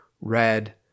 red